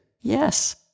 Yes